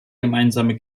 gemeinsame